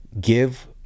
give